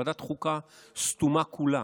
ועדת חוקה סתומה כולה.